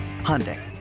Hyundai